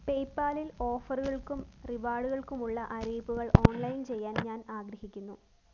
പേയ്പാലിൽ ഓഫറുകൾക്കും റിവാർഡുകൾക്കുമുള്ള അറിയിപ്പുകൾ ഓൺലൈൻ ചെയ്യാൻ ഞാൻ ആഗ്രഹിക്കുന്നു